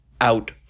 out